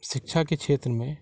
शिक्षा के क्षेत्र में